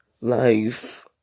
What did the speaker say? life